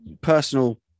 personal